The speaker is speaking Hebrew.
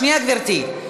שנייה, גברתי.